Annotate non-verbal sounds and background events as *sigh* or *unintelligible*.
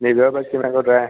ನೀವು ಹೇಳ್ಬೇಕ್ *unintelligible* ತಿಮ್ಮೆಗೌಡರೇ